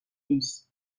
més